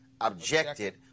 objected